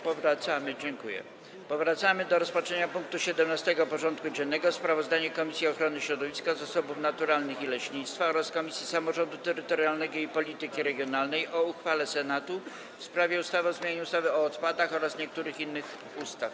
Powracamy do rozpatrzenia punktu 17. porządku dziennego: Sprawozdanie Komisji Ochrony Środowiska, Zasobów Naturalnych i Leśnictwa oraz Komisji Samorządu Terytorialnego i Polityki Regionalnej o uchwale Senatu w sprawie ustawy o zmianie ustawy o odpadach oraz niektórych innych ustaw.